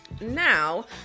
Now